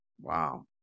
wow